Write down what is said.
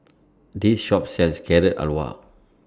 This Shop sells Carrot Halwa